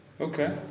Okay